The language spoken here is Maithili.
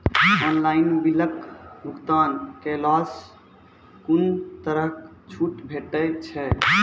ऑनलाइन बिलक भुगतान केलासॅ कुनू तरहक छूट भेटै छै?